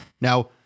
Now